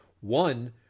one